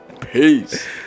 Peace